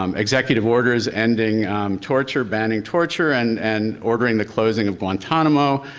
um executive orders ending torture, banning torture and and ordering the closing of guantanamo.